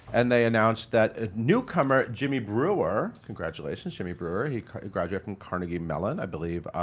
and they announced that a newcomer jimmy brewer congratulations jimmy brewer. he graduated from carnegie mellon, i believe,